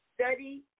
Study